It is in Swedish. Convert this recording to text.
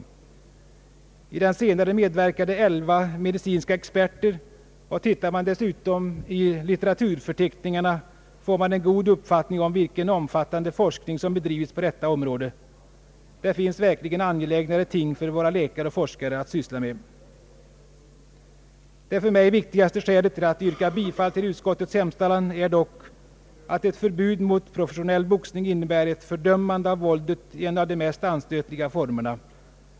I den nordiska läkarkommittén medverkade elva medicinska experter, och tittar man dessutom i litteraturförteckningarna, får man en god uppfattning om vilken omfattande forskning som bedrivits på detta område. Det finns verkligen angelägnare ting för våra läkare och forskare att syssla med. Det för mig viktigaste skälet till att yrka bifall till utskottets hemställan är dock att ett förbud mot professionell boxning innebär ett fördömande av våldet i en av de mest anstötliga formerna.